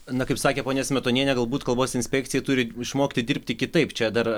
na kaip sakė ponia smetonienė galbūt kalbos inspekcija turi išmokti dirbti kitaip čia dar